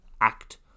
act